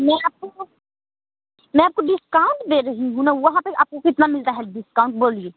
मैं आपको मैं आपको डिस्काउंट दे रही हूँ न वहाँ पर आपको कितना मिलता है डिस्काउंट बोलिए